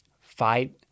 fight